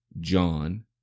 John